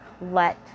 let